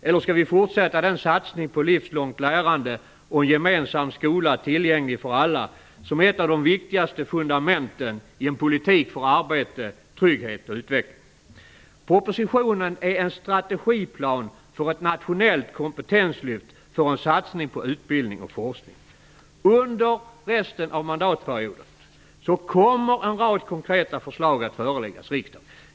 Eller skall vi fortsätta den satsning på ett livslångt lärande och en gemensam skola tillgänglig för alla som är ett av de viktigaste fundamenten i en politik för arbete, trygghet och utveckling? Propositionen är en strategiplan för ett nationellt kompetenslyft, för en satsning på utbildning och forskning. Under resten av mandatperioden kommer en rad konkreta förslag att föreläggas riksdagen.